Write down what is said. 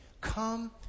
Come